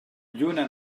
lluna